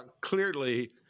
clearly